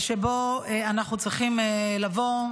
שבו אנחנו צריכים לבוא.